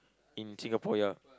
in Singapore yeah